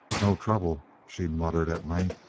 no trouble, she muttered at length.